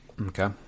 Okay